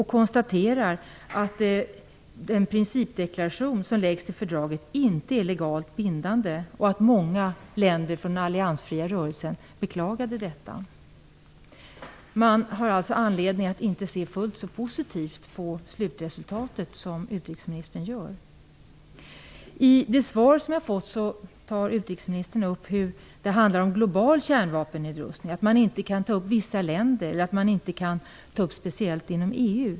Det konstateras där att den principdeklaration som läggs till fördraget inte är legalt bindande och att många länder från den alliansfria rörelsen beklagade detta. Man har alltså anledning att inte se fullt så positivt på slutresultatet som utrikesministern gör. I svaret tar utrikesministern upp att det handlar om en global kärnvapennedrustning - att man inte kan ta upp vissa länder eller att man inte kan ta upp detta speciellt inom EU.